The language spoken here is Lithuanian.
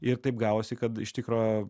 ir taip gavosi kad iš tikro